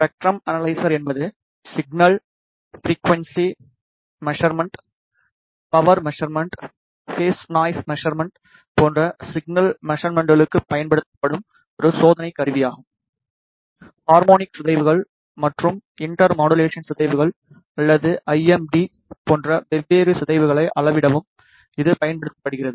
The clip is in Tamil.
ஸ்பெக்ட்ரம் அனலைசர் என்பது சிக்னல் ஃபிரிக்குவன்ஸி மெசர்மன்ட்கள் பவர் மெசர்மன்ட்கள் பேஸ் நாய்ஸ் மெசர்மன்ட்கள் போன்ற சிக்னல் மெசர்மன்ட்களுக்குப் பயன்படுத்தப்படும் ஒரு சோதனை கருவியாகும் ஹார்மோனிக் சிதைவுகள் மற்றும் இன்டர் மாடுலேஷன் சிதைவுகள் அல்லது ஐஎம்டி போன்ற வெவ்வேறு சிதைவுகளை அளவிடவும் இது பயன்படுத்தப்படுகிறது